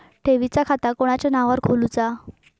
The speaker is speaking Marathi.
ठेवीचा खाता कोणाच्या नावार खोलूचा?